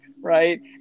Right